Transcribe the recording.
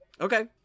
Okay